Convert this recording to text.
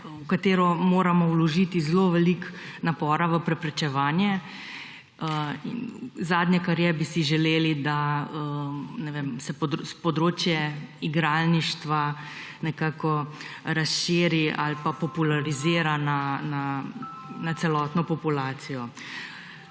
v katero moramo vložiti zelo veliko napora za preprečevanje. Zadnje, kar je, bi si želeli, da se področje igralništva razširi ali popularizira na celotno populacijo.